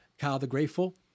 kylethegrateful